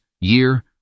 year